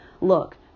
Look